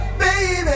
baby